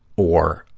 or,